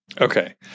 Okay